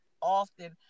often